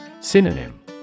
Synonym